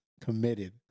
committed